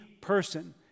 person